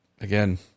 again